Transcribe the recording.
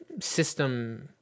system